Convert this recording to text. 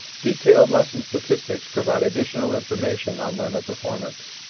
detailed lesson statistics provide additional information on learner performance.